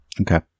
Okay